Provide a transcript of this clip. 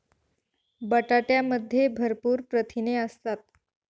बटाट्यामध्ये भरपूर प्रथिने असतात